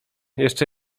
jeszcze